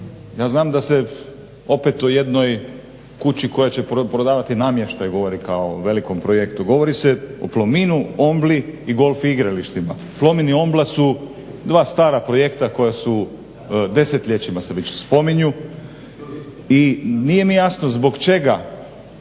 Ja znam da se opet u jednoj kući koja će prodavati namještaj govori kao o velikom projektu, govori se o PLOMIN-u, OMBLA-i i golf igralištima. PLOMIN i OMBLA su dva stara projekta koja su desetljećima se već spominju i nije mi jasno zbog čega